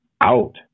out